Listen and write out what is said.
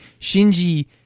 shinji